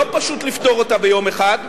לא פשוט לפתור אותה ביום אחד,